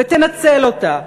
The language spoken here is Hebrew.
ותנצל אותה.